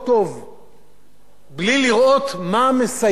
בלי לראות מה מסייע לחברה כחברה,